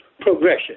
progression